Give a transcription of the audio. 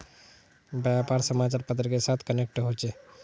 व्यापार समाचार पत्र के साथ कनेक्ट होचे?